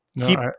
keep